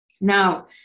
Now